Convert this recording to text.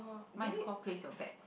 my is called place your bet